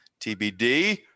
TBD